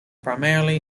primarily